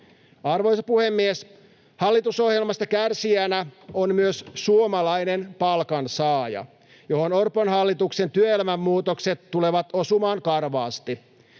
Arvoisa puhemies! Hallitusohjelmasta kärsijänä on myös suomalainen palkansaaja, johon Orpon hallituksen työelämänmuutokset tulevat osumaan karvaasti.